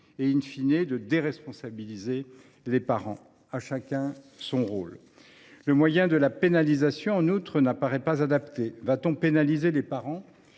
et de déresponsabiliser les parents. À chacun son rôle. Le moyen de la pénalisation, en outre, n’apparaît pas adapté. Va t on pénaliser les parents